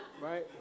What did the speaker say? Right